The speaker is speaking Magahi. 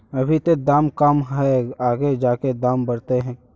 अभी ते दाम कम है आगे जाके दाम बढ़ते की?